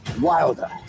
wilder